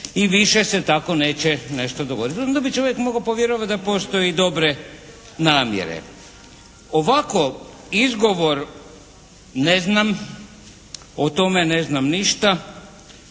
i više se tako neće nešto dogoditi. Onda bi čovjek mogao povjerovati da postoje dobre namjere. Ovako izgovor ne znam, o tome ne znam ništa,